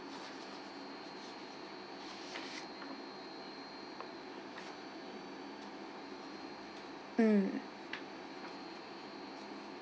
mm